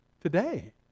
today